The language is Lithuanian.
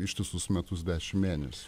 ištisus metus dešimt mėnesių